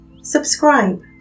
Subscribe